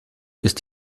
ist